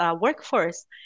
workforce